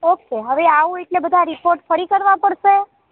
okay હવે આવું એટલે બધાં રીપોર્ટ ફરી કરવા પડશે